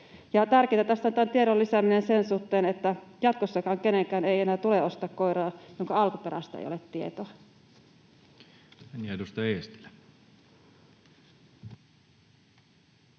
on tiedon lisääminen sen suhteen, että jatkossakaan kenenkään ei enää tule ostaa koiraa, jonka alkuperästä ei ole tietoa.